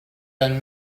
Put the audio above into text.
than